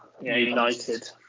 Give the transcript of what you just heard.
United